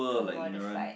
commodified